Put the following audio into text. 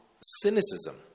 cynicism